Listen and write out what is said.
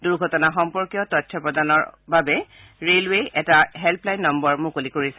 দুৰ্ঘটনা সম্পৰ্কীয় তথ্য প্ৰদানৰ অৰ্থে ৰেলৱেই এটা হেল্প লাইন নম্বৰ মুকলি কৰিছে